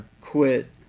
Quit